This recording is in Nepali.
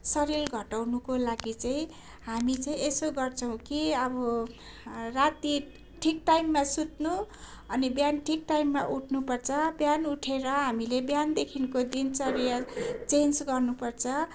शरीर घटाउनुको लागि चाहिँ हामी चाहिँ यसो गर्छौँ कि अब राति ठिक टाइममा सुत्नु अनि बिहान ठिक टाइममा उठ्नुपर्छ बिहान उठेर हामीले बिहानदेखिको दिनचर्या चेन्ज गर्नुपर्छ